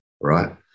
right